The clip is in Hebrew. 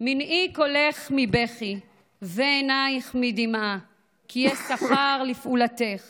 "מנעי קולך מבכי ועיניך מדמעה כי יש שכר לפעלתך